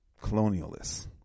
colonialists